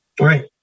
Right